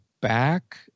back